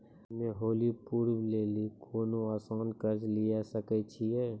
हम्मय होली पर्व लेली कोनो आसान कर्ज लिये सकय छियै?